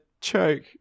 choke